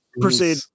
Proceed